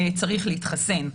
צריך להתחסן.